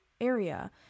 area